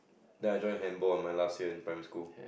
then I join handball in my last year in primary school